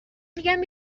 میگم